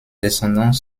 descendant